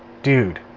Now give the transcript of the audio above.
dude,